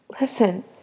Listen